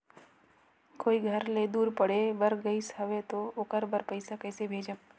कोई घर ले दूर पढ़े बर गाईस हवे तो ओकर बर पइसा कइसे भेजब?